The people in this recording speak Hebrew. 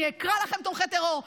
אני אקרא לכם תומכי טרור,